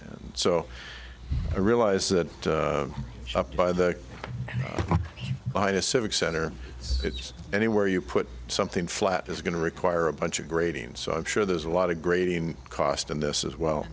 courts so i realize that up by the by a civic center it's any where you put something flat is going to require a bunch of grading so i'm sure there's a lot of grading cost in this as well